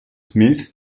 smith